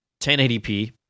1080p